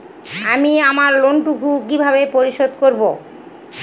আমি আমার লোন টুকু কিভাবে পরিশোধ করব?